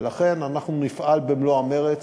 ולכן אנחנו נפעל במלוא המרץ.